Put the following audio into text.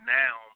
now